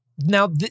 Now